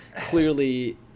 clearly